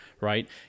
right